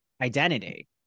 identity